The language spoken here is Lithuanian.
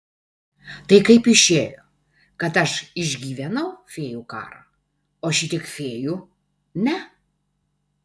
tai kaip išėjo kad aš išgyvenau fėjų karą o šitiek fėjų ne